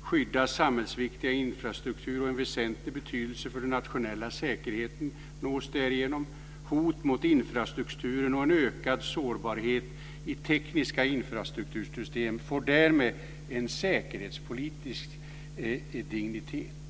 skydda samhällsviktiga infrastrukturer av väsentlig betydelse för den nationella säkerheten. Hot mot infrastrukturen och en ökad sårbarhet i tekniska infrastruktursystem får därmed en säkerhetspolitisk dignitet.